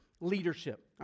leadership